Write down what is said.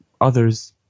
others